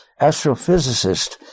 astrophysicist